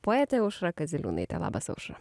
poetė aušra kaziliūnaitė labas aušra